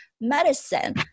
medicine